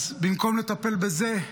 אז במקום לטפל בזה,